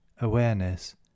Awareness